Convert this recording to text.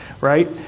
right